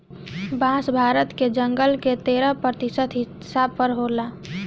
बांस भारत के जंगल के तेरह प्रतिशत हिस्सा पर होला